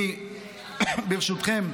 ברשותכם,